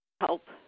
help